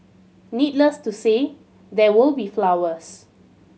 needless to say there will be flowers